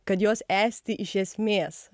kad jos esti iš esmės